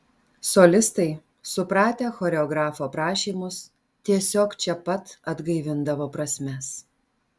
solistai supratę choreografo prašymus tiesiog čia pat atgaivindavo prasmes